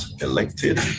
elected